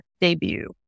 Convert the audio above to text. debut